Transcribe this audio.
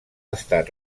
estat